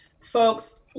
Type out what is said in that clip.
folks